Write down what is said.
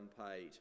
unpaid